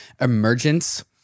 emergence